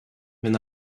when